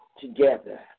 together